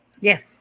Yes